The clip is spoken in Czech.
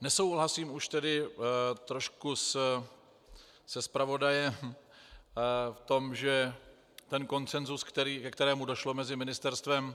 Nesouhlasím už tedy trošku se zpravodajem v tom, že ten konsensus, ke kterému došlo mezi Ministerstvem